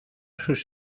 sus